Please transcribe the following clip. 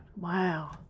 Wow